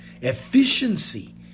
efficiency